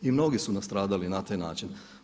I mnogi su nastradali na taj način.